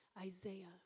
Isaiah